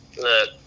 look